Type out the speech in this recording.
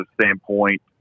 standpoint